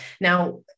Now